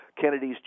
Kennedy's